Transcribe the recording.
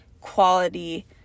quality